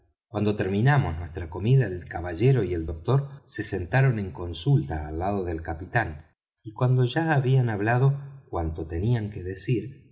cuando terminamos nuestra comida el caballero y el doctor se sentaron en consulta al lado del capitán y cuando ya habían hablado cuanto tenían que decir